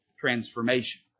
transformation